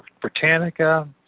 Britannica